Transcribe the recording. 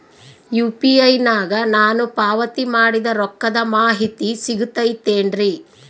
UPI ನಾಗ ನಾನು ಪಾವತಿ ಮಾಡಿದ ರೊಕ್ಕದ ಮಾಹಿತಿ ಸಿಗುತೈತೇನ್ರಿ?